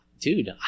dude